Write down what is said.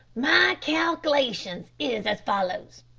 my calc'lations is as follows.